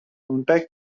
contact